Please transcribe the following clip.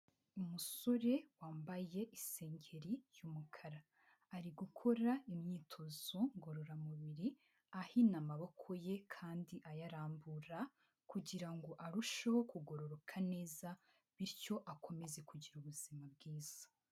Umusore wambaye isengeri y'umukara ari gukora imyitozo ngororamubiri ahina amaboko ye kandi ayarambura kugira ngo arusheho kugororoka neza bityo akomeze kugira ubuzima bwiza.